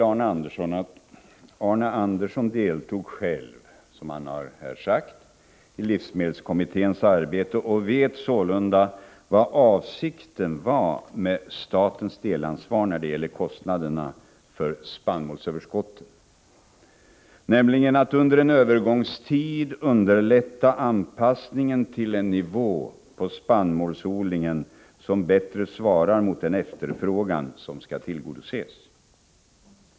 Arne Andersson i Ljung deltog själv, som han här har sagt, i livsmedelskommitténs arbete och vet sålunda vad avsikten var med statens delansvar när det gäller kostnaderna för spannmålsöverskottet, nämligen att under en övergångstid underlätta anpassningen till en nivå på spannsmålsodlingen som bättre svarar mot den efterfrågan som skall tillgodoses.